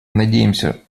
надеемся